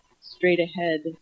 straight-ahead